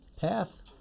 Path